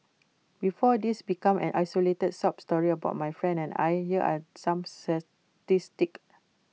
before this becomes an isolated sob story about my friend and I here are some statistics